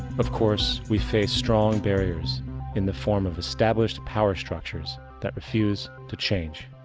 of course, we face strong barriers in the form of established power structures that refuse to change.